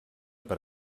per